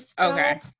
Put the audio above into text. okay